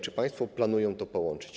Czy państwo planują to połączyć?